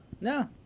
No